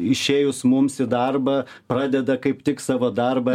išėjus mums į darbą pradeda kaip tik savo darbą